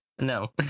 no